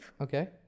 Okay